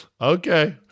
Okay